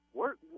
work